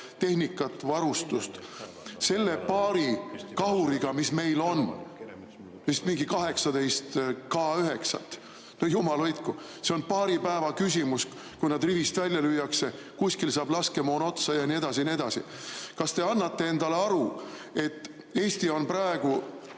tehnikat, varustust. Selle paari kahuriga, mis meil on, vist mingi 18 K9-t – jumal hoidku, see on paari päeva küsimus, kui nad rivist välja lüüakse, kuskil saab laskemoon otsa ja nii edasi ja nii edasi. Kas te annate endale aru, et Eesti on praegu